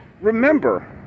remember